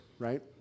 Right